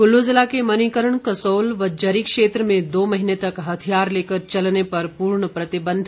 कुल्लू जिला के मणिकर्ण कसोल व जरी क्षेत्र में दो महीने तक हथियार लेकर चलने पर पूर्ण प्रतिबंध